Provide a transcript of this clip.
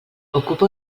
ocupa